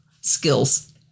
skills